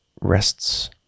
rests